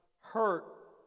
hurt